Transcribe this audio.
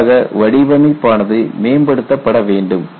இதற்காக வடிவமைப்பானது மேம்படுத்தப்பட வேண்டும்